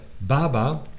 Baba